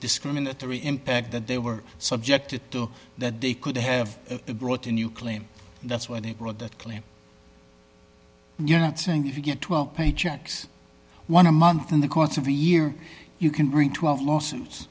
discriminatory impact that they were subjected to that they could have brought a new claim that's where they brought that claim you're not saying if you get twelve paychecks one a month in the course of a year you can bring twelve lawsuits